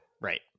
Right